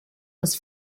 was